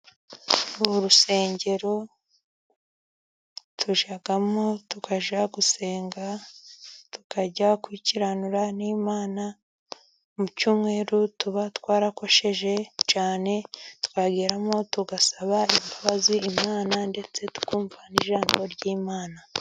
Uru rusengero tujyamo tukajya gusenga, tukajya kwikiranura n'Imana mu cyumweru tuba twarakosheje cyane, twageramo tugasaba imbabazi Imana, ndetse twumva n'ijambo ry'Imana.